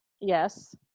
Yes